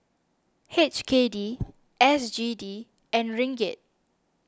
H K D S G D and Ringgit